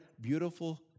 beautiful